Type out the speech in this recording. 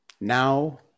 Now